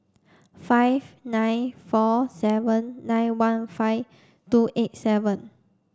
five nine four seven nine one five two eight seven